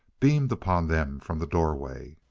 beamed upon them from the doorway.